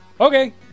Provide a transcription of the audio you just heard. Okay